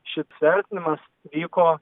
šis vertinimas vyko